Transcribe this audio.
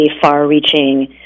far-reaching